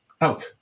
out